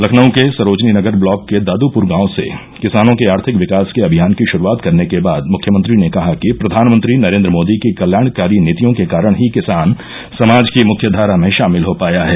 लखनऊ के सरोजनी नगर ब्लॉक के दाद्पुर गांव से किसानों के आर्थिक विकास के अभियान की शुरूआत करने के बाद मुख्यमंत्री ने कहा कि प्रधानमंत्री नरेन्द्र मोदी की कल्याणकारी नीतियों के कारण ही किसान समाज की मुख्य धारा में शामिल हो पाया है